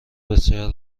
بسیار